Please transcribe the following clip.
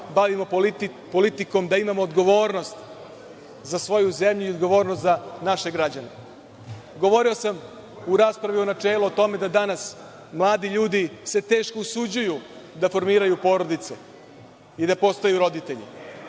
bavimo politikom da imamo odgovornost za svoju zemlju i odgovornost za naše građane. Govorio sam u raspravi u načelu o tome da danas mladi ljudi se teško usuđuju da formiraju porodice i da postaju roditelji.